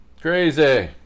Crazy